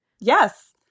Yes